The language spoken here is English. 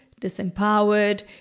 disempowered